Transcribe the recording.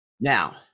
Now